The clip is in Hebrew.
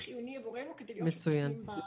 שחיוניים עבורנו כדי להיות שותפים בתהליכים.